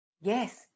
yes